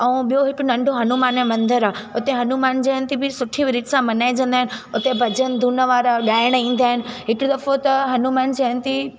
ऐं ॿियों हिकु नंढो हनुमान जो मंदरु आहे हुते हनुमान जयंती बि सुठी रीत सां मल्हाएजंदा आहिनि हुते भॼन धुन वारा गाइण वारा ईंदा आहिनि हिक दफ़ो त हुनमान जयंती